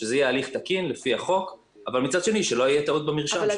שזה יהיה הליך תקין לפי החוק אבל מצד שני שלא יהיה טעות במרשם,